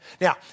Now